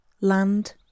Land